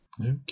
Okay